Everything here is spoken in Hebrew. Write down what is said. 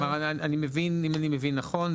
אם אני מבין נכון,